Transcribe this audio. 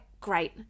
great